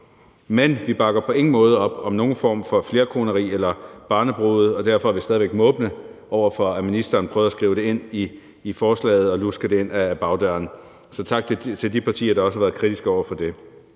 Men vi bakker på ingen måde op om nogen form for flerkoneri eller barnebrude, og derfor er vi stadig væk måbende over for, at ministeren prøvede at skrive det ind i forslaget og luske det ind ad bagdøren. Så tak til de partier, der også har været kritiske over for det.